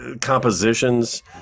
compositions